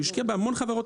הוא השקיע בהמון חברות,